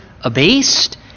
abased